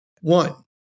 One